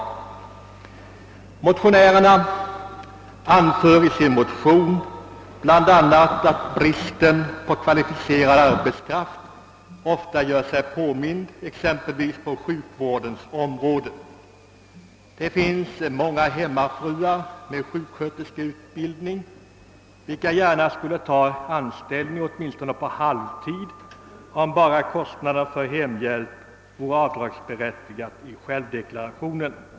Motionärerna anför bl.a. att bristen på kvalificerad arbetskraft ofta gör sig påmind, exempelvis på sjukvårdens område. Det finns många hemmafruar med sjuksköterskeutbildning, vilka gärna skulle ta anställning åtminstone på halvtid, om bara kostnaderna för hemhjälp vore avdragsberättigande i självdeklarationen.